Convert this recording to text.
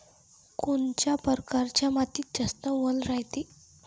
कोनच्या परकारच्या मातीत जास्त वल रायते?